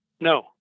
No